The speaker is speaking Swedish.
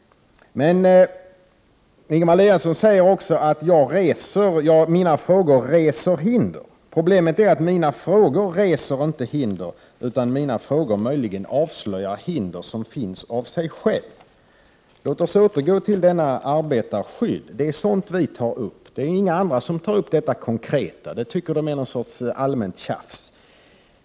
Ingemar Eliasson säger också att mina frågor reser hinder. Problemet är att mina frågor inte reser hinder, utan mina frågor avslöjar möjligen hinder som redan finns. Låt oss återgå till frågan om arbetarskydd. Det är sådant vi tar upp. Det är inga andra som tar upp detta konkreta spörsmål — det tycker de är någon sorts allmänt tjafs.